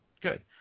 good